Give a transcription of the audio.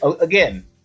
again